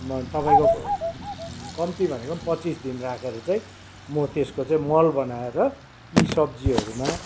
म तपाईँको कम्ती भनेको पनि पच्चिस दिन राखेर चाहिँ म त्यसको चाहिँ मल बनाएर यी सब्जीहरूमा